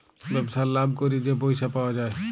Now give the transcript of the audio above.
ব্যবসায় লাভ ক্যইরে যে পইসা পাউয়া যায়